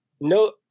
no